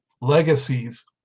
legacies